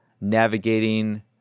navigating